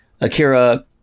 Akira